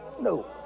No